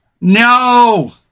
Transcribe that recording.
No